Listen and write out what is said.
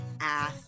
ass